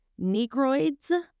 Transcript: negroids